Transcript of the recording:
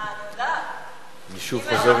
אה, אני יודעת.